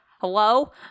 hello